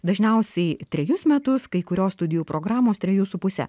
dažniausiai trejus metus kai kurios studijų programos trejus su puse